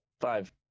Five